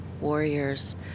warriors